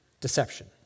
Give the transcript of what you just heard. deception